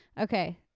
Okay